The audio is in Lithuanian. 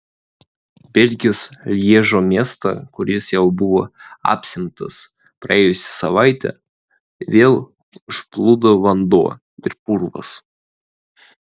belgijos lježo miestą kuris jau buvo apsemtas praėjusią savaitę vėl užplūdo vanduo ir purvas